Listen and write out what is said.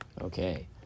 Okay